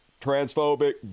transphobic